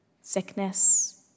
sickness